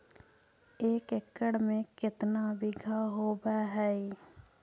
एक एकड़ में केतना बिघा होब हइ?